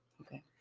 Okay